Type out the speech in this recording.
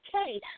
okay